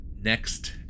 Next